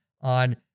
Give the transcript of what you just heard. on